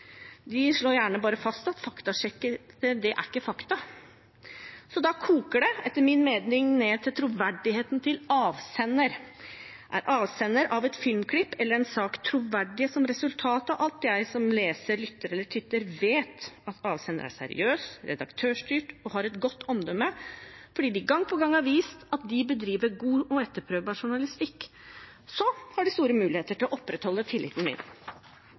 De slår gjerne bare fast at faktasjekker ikke er fakta. Så da koker det etter min mening ned til troverdigheten til avsenderen. Er avsenderen av et filmklipp eller en sak troverdig som resultat av at jeg som leser, lytter eller titter vet at avsenderen er seriøs, redaktørstyrt og har et godt omdømme fordi de gang på gang har vist at de bedriver god og etterprøvbar journalistikk, da har de store muligheter til å opprettholde tilliten min.